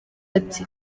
ati